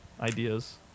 ideas